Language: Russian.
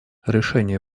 решение